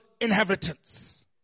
inheritance